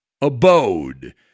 abode